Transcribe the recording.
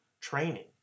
training